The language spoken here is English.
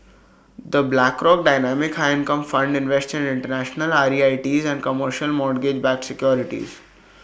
the Blackrock dynamic high income fund invests in International R E I T's and commercial mortgage backed securities